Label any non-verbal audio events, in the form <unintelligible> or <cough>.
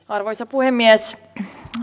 <unintelligible> arvoisa puhemies